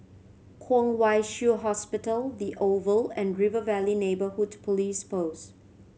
Kwong Wai Shiu Hospital The Oval and River Valley Neighbourhood Police Post